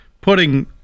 putting